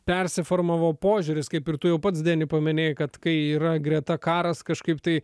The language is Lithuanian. persiformavo požiūris kaip ir tu jau pats deni paminėjai kad kai yra greta karas kažkaip tai